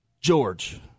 george